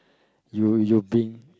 you you been